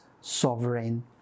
sovereign